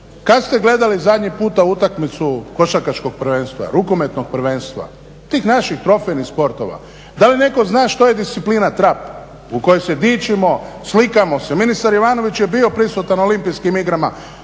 Kada ste gledali zadnji puta utakmicu košarkaškog prvenstva, rukometnog prvenstva, tih naših … sportova? Da li netko zna što je disciplina trap u kojoj se dičimo, slikamo se? Ministar Jovanović je bio prisutan olimpijskim igrama.